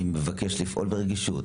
אני מבקש לפעול ברגישות.